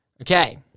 Okay